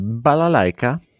Balalaika